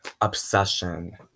obsession